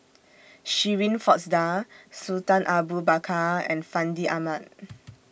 Shirin Fozdar Sultan Abu Bakar and Fandi Ahmad